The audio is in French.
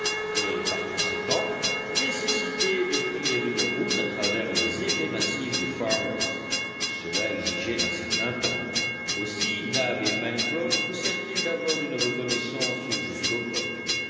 et par conséquent nécessité de frayer une route à travers les épais massifs du far west cela exigeait un certain temps aussi nab et pencroff poussèrent ils d'abord une reconnaissance jusqu'au port